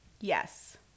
Yes